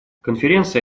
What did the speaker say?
конференции